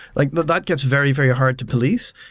like but that gets very very hard to please,